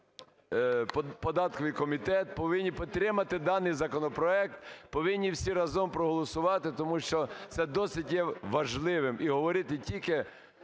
Дякую.